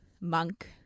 Monk